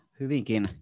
hyvinkin